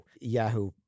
Yahoo